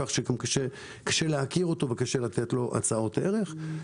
כך שגם קשה להכיר אותו וקשה לתת לו הצעות ערך.